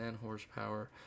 horsepower